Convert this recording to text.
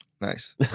Nice